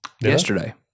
yesterday